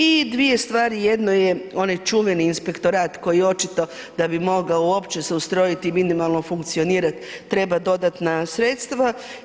I dvije stvari, jedno je onaj čuveni inspektorat koji očito da bi mogao uopće se ustrojiti i minimalno funkcionirati treba dodatna sredstva.